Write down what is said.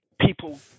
people